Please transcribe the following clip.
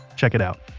check it out.